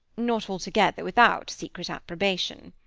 not altogether without secret approbation.